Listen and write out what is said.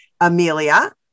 Amelia